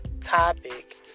topic